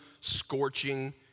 scorching